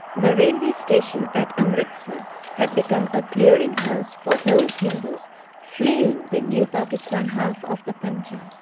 the railway station at amritas had become a clearing house for those hindus fleeing the new pakistan half of the punjab.